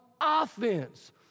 offense